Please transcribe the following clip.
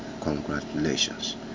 congratulations